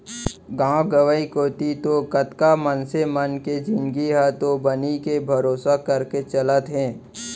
गांव गंवई कोती तो कतका मनसे के जिनगी ह तो बनी के भरोसा करके चलत हे